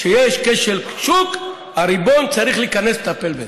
כשיש כשל שוק הריבון צריך להיכנס לטפל בזה.